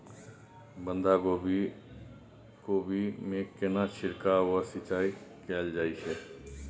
बंधागोभी कोबी मे केना छिरकाव व सिंचाई कैल जाय छै?